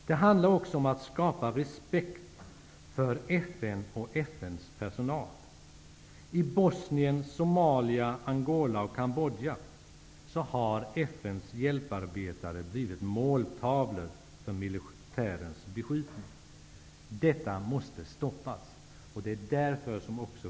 Det handlar också om att skapa respekt för FN och Kambodja har FN:s hjälparbetare blivit måltavlor för militärens beskjutning. Detta måste stoppas.